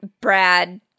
Brad